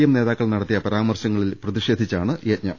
M നേതാ ക്കൾ നടത്തിയ പരാമർശങ്ങളിൽ പ്രതിഷേധിച്ചാണ് നാമജപയജ്ഞം